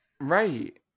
right